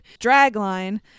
dragline